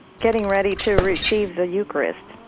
getting ready to receive the eucharist,